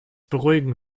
beruhigen